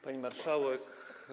Pani Marszałek!